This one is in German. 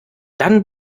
dann